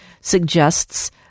suggests